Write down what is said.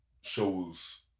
shows